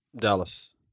Dallas